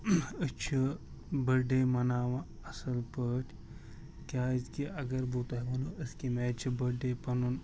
أسۍ چھِ بٔرڈے مناوان اصل پٲٹھۍ کیٚازِ کہ اگر بہِ تۄہہِ ؤنو أسۍ کمہِ آے چھِ برڈے پنُن